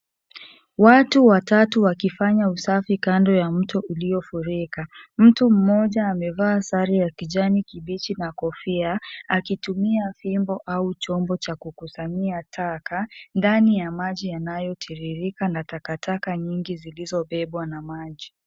Watu watatu wakifanya usafi kando ya mto uliofurika. Mtu mmoja amevaa sare ya kijani kibichi na kofia, akitumia fimbo au chombo cha kukusanyia taka, ndani ya maji yanayotiririka na takataka nyingi zilizobebwa na maji.